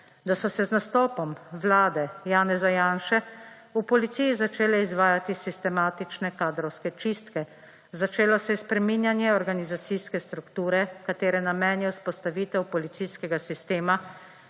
da so se z nastopom vlade Janeza Janše v policiji začele izvajati sistematične kadrovske čistke. Začelo se je spreminjanje organizacijske strukture, katere namen je vzpostavitev policijskega sistema,